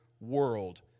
world